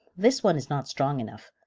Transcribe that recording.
this one is not strong enough.